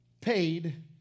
paid